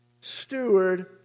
steward